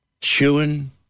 chewing